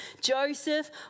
Joseph